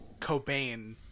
Cobain